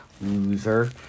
loser